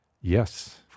yes